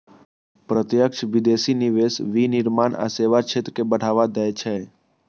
प्रत्यक्ष विदेशी निवेश विनिर्माण आ सेवा क्षेत्र कें बढ़ावा दै छै